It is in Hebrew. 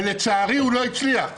ולצערי, הוא לא הצליח.